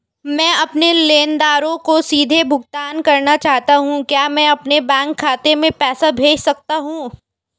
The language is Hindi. मैं अपने लेनदारों को सीधे भुगतान करना चाहता हूँ क्या मैं अपने बैंक खाते में पैसा भेज सकता हूँ?